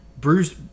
Bruce